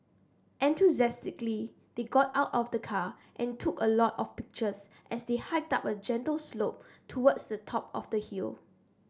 enthusiastically they got out of the car and took a lot of pictures as they hiked up a gentle slope towards the top of the hill